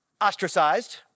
ostracized